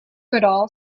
goodall